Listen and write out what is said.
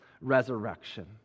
resurrection